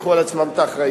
שייקחו על עצמם את האחריות,